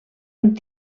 amb